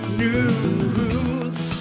news